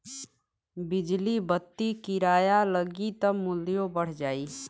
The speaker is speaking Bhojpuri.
बिजली बत्ति किराया लगी त मुल्यो बढ़ जाई